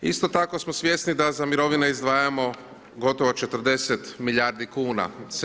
Isto tako smo svjesni da za mirovine izdvajamo gotovo 40 milijardi kuna.